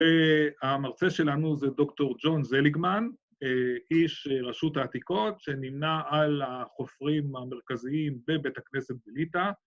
‫המרצה שלנו זה דוקטור ג'ון זליגמן, ‫איש רשות העתיקות, ‫שנמנה על החופרים המרכזיים ‫בבית הכנסת בליטא.